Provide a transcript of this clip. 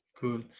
Cool